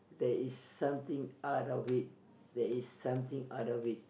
there is something out of it there is something out of it